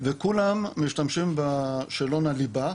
וכולם משתמשים בשאלון הליבה,